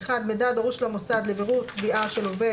מידע הדרוש למוסד לבירור תביעה של עובד